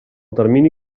termini